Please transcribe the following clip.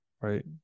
right